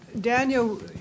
Daniel